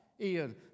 Ian